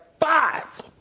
Five